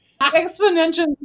exponentially